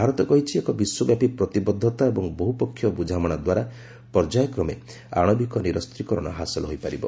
ଭାରତ କହିଚ୍ଚି ଏକ ବିଶ୍ୱବ୍ୟାପୀ ପ୍ରତିବଦ୍ଧତା ଏବଂ ବହୁ ପକ୍ଷୀୟ ବୁଝାମଣା ଦ୍ୱାରା ପର୍ଯ୍ୟାୟକ୍ରମେ ଆଶବିକ ନିରସ୍ତ୍ରୀକରଣ ହାସଲ କରାଯାଇପାରିବ